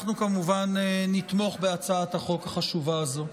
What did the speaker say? אנחנו כמובן נתמוך בהצעת החוק החשובה הזו,